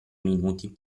minuti